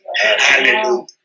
Hallelujah